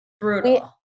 Brutal